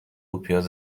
وپیاز